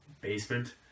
basement